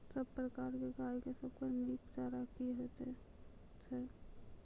सब प्रकारक गाय के सबसे नीक चारा की हेतु छै?